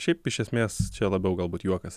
šiaip iš esmės čia labiau galbūt juokas